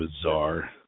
bizarre